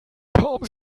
haben